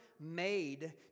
made